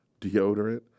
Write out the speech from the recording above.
Deodorant